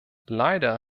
leider